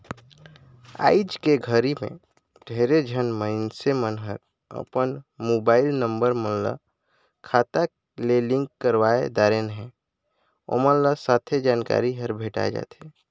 आइज के घरी मे ढेरे झन मइनसे मन हर अपन मुबाईल नंबर मन ल खाता ले लिंक करवाये दारेन है, ओमन ल सथे जानकारी हर भेंटाये जाथें